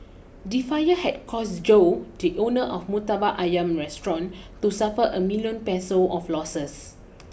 the fire had caused Joe the owner of a Murtabak Ayam restaurant to suffer a million Peso of losses